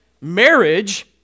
marriage